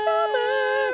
Summer